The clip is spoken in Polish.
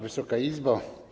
Wysoka Izbo!